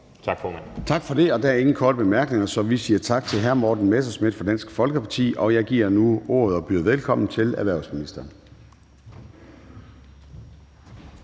Tak for det. Der er ingen korte bemærkninger, så vi siger tak til hr. Morten Messerschmidt fra Dansk Folkeparti. Jeg giver nu ordet til og byder velkommen til erhvervsministeren.